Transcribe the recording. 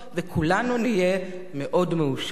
וכולנו נהיה מאוד מאושרים.